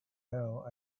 now